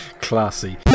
classy